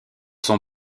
sont